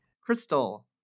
Crystal